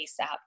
ASAP